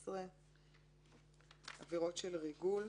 112 "ריגול".